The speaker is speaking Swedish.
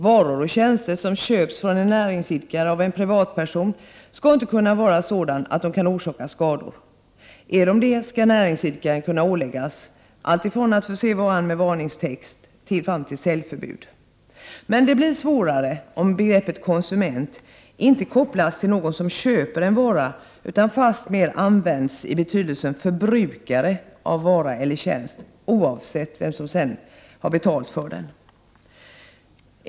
Varor och tjänster som köps från en näringsidkare av en privatperson skall inte kunna vara sådana att de kan orsaka skador. Är de det, skall näringsidkaren kunna åläggas allt ifrån att förse varan med varningstext till säljförbud. Svårare blir det dock om begreppet konsument inte kopplas till någon som köper en vara utan fastmer används i betydelsen förbrukare av vara eller tjänst, oavsett vem som har betalat den.